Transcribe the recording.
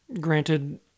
Granted